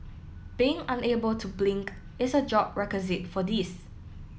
being unable to blink is a job requisite for this